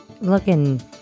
looking